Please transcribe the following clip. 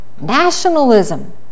nationalism